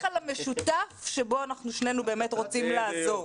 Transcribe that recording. על המשותף שבו אנחנו שנינו באמת רוצים לעזור.